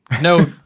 no